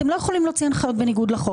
אתם לא יכולים להוציא הנחיות בניגוד לחוק.